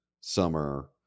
summer